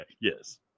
Yes